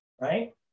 right